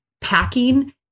packing